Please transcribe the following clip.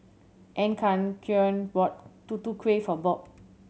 Encarnacion bought Tutu Kueh for Bob